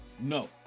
No